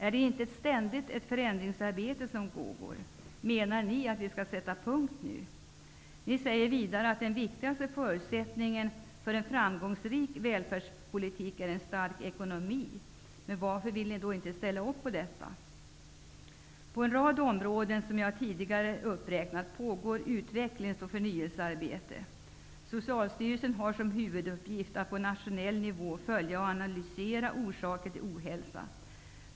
Är det inte ett ständigt förändringsarbete som pågår? Menar ni att vi skall sätta punkt nu? Ni säger vidare att den viktigaste förutsättningen för en framgångsrik välfärdspolitik är en stark ekonomi. Men varför vill ni då inte ställa upp på detta? På en rad områden som jag tidigare har räknat upp pågår utvecklings och förnyelsearbete. Socialstyrelsen har som huvuduppgift att på nationell nivå följa och analysera orsaker till ohälsa.